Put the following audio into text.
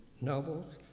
novels